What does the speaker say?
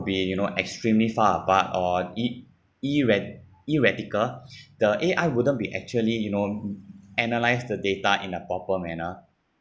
would be it you know extremely far but on i~ irad~ irradical the A_I wouldn't be actually you know analyse the data in a proper manner